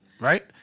right